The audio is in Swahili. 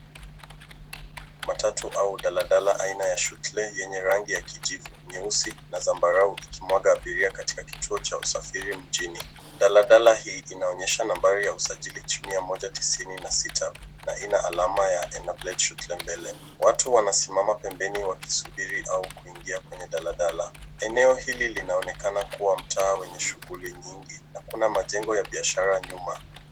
matatu au daladala aina ya shootlei lenye rangi ya kijivu nyeusi na sambarau likimwaka abiria katika kituo cha usafiri mjini. Daladala hii inaonyesha nambari ya usajili chini ya 196 na ina alama ya ena pletutembele. Watu wanasimama pembeni walisubiri au kuingia kuingia kwenye daladala. Eneo hili linaonekana kuwa mtaa wenye shughuli nyingi na kuna majengo ya biashara nyuma.